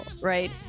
right